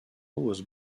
was